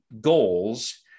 goals